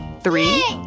Three